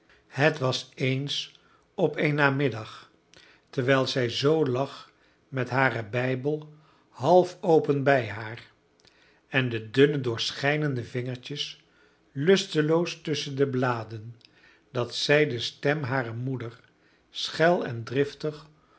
het was eens op een namiddag terwijl zij zoo lag met haren bijbel half open bij haar en de dunne doorschijnende vingertjes lusteloos tusschen de bladen dat zij de stem harer moeder schel en driftig